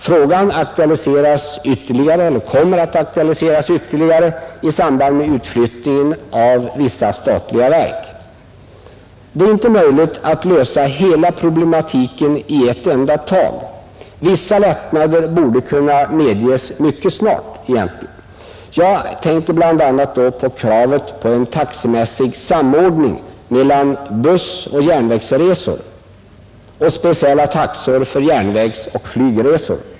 Frågan kommer att aktualiseras ytterligare i samband med utflyttningen av vissa statliga verk. Det är inte möjligt att lösa hela problematiken i ett enda tag. Vissa lättnader borde egentligen kunna medges mycket snart. Jag tänker bl.a. på kravet på en taxemässig samordning mellan bussoch järnvägsresor och speciella taxor för järnvägsoch flygresor.